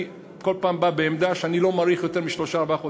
אני כל פעם בא בעמדה שאני לא מאריך ביותר משלושה-ארבעה חודשים,